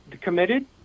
committed